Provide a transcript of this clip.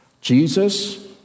Jesus